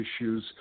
issues